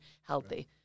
healthy